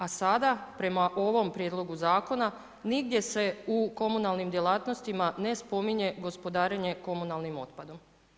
A sada, prema ovom prijedlogu zakona, nigdje se u komunalnim djelatnostima ne spominje gospodarenje komunalnim otpadom.